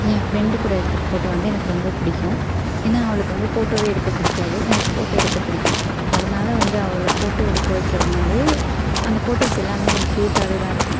என் friend கூட எடுத்த photo வந்து எனக்கு ரொம்ப பிடிக்கும் ஏன்னா அவளுக்கு வந்து போட்டோவே எடுக்க பிடிக்காது எனக்கு போட்டோ எடுக்க பிடிக்கும் அதனால வந்து அவளை போட்டோ எடுக்க வைக்கிறதுனாலே அந்த போட்டோஸ் எல்லாம் எனக்கு கியூட்டாகவே தான் இருக்கும்